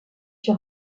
sur